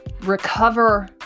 recover